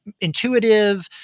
Intuitive